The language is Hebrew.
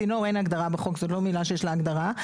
צינור, אין הגדרה בחוק, זה לא מילה שיש לה הגדרה.